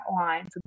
lines